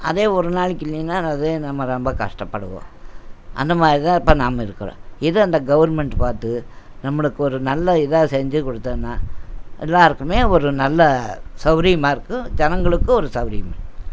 அதே ஒரு நாளைக்கு இல்லைங்ன்னா அதே நம்ம ரொம்ப கஷ்டப்படுவோம் அந்த மாதிரி தான் இப்போ நாம இருக்கிறோம் இதை அந்த கவுர்மெண்ட் பார்த்து நம்மளுக்கு ஒரு நல்ல இதாக செஞ்சு கொடுத்ததுன்னா எல்லாருக்கும் ஒரு நல்ல சவுகரியமா இருக்கும் ஜனங்களுக்கும் ஒரு சவுகரியமிருக்கும்